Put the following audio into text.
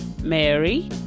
Mary